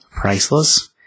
priceless